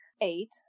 eight